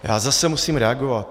Já zase musím reagovat.